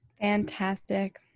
Fantastic